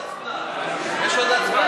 הצעת סיעת יש עתיד